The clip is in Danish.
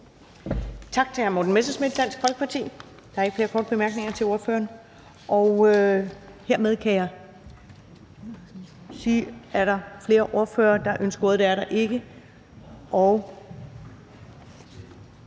Tak til hr. Morten Messerschmidt, Dansk Folkeparti. Der er ikke flere korte bemærkninger til ordføreren. Er der flere ordførere, der ønsker ordet? Det er der ikke.